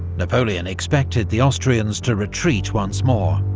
napoleon expected the austrians to retreat once more,